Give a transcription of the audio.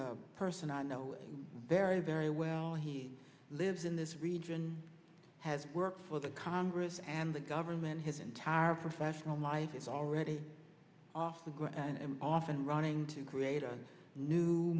the person i know very very well he lives in this region has worked for the congress and the government his entire professional life is already off the grid and off and running to create a new